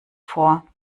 vor